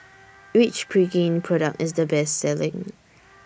Which Pregain Product IS The Best Selling